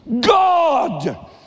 God